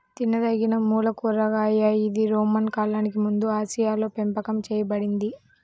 తినదగినమూల కూరగాయ ఇది రోమన్ కాలానికి ముందుఆసియాలోపెంపకం చేయబడింది